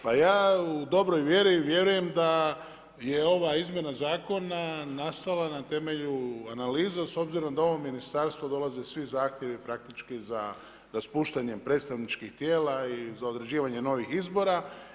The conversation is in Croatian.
Pa ja u dobroj vjeri vjerujem da je ova izmjena zakona nastala na temelju analiza s obzirom da u ovo ministarstvo dolaze svi zahtjevi praktički za raspuštanjem predstavničkih tijela i za određivanje novih izbora.